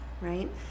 right